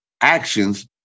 actions